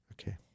Okay